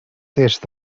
est